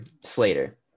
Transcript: Slater